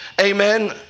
amen